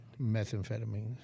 methamphetamine